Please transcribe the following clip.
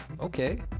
Okay